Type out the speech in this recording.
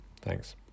thanks